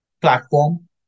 platform